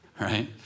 right